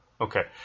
Okay